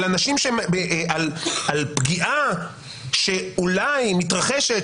על פגיעה שאולי מתרחשת,